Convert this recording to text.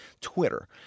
Twitter